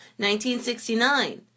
1969